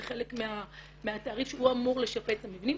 זה חלק מהתעריף שהוא אמור לשפץ את המבנים.